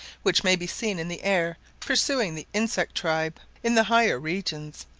which may be seen in the air pursuing the insect tribe in the higher regions,